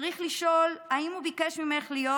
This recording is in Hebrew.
צריך לשאול: האם הוא ביקש ממך להיות